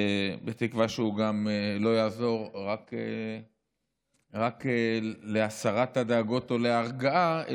בתקווה שהוא לא רק יעזור בהסרת הדאגות או בהרגעה,